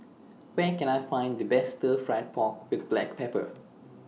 Where Can I Find The Best Stir Fried Pork with Black Pepper